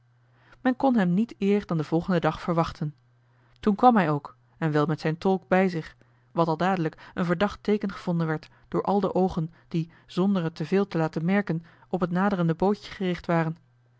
men kon hem niet eer dan den volgenden dag verwachten toen kwam hij ook en wel met zijn tolk bij zich wat al dadelijk een verdacht teeken gevonden werd door al de oogen die zonder het te veel te laten merken op het naderende bootje gericht waren